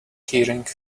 keyring